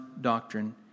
doctrine